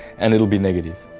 and it will be negative.